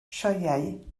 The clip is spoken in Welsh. sioeau